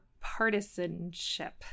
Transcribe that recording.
partisanship